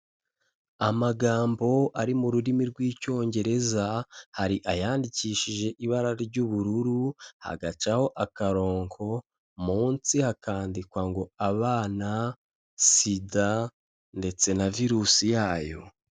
Amagambo ari mu rurimi rw'icyongereza, hari ayandikishije ibara ry'ubururu hagacaho akarongo, munsi hakandikwa ngo ''Abana, SIDA ndetse na virusi yayo.''